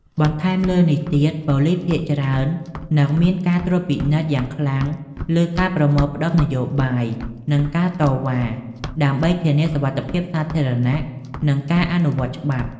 បន្ថែមលើនេះទៀត ប៉ូលីសភាគច្រើននឹងមានការត្រួតពិនិត្យយ៉ាងខ្លាំងលើការប្រមូលផ្តុំនយោបាយ និងការតវ៉ា ដើម្បីធានាសុវត្ថិភាពសាធារណៈ និងការអនុវត្តច្បាប់។